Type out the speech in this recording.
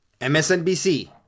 MSNBC